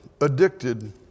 addicted